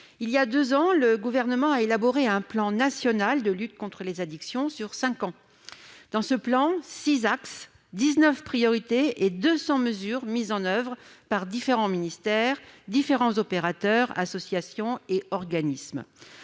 Il y a deux ans, le Gouvernement a élaboré un plan national de lutte contre les addictions sur cinq ans. Ce plan compte 6 axes, 19 priorités et 200 mesures mises en oeuvre par différents ministères et par différents opérateurs, associations et organismes.